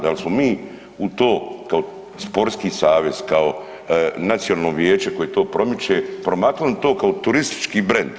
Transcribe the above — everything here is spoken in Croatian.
Dal smo mi u to kao Sportski savez, kao Nacionalno vijeće koje to promiče promaknuli to kao turistički brend?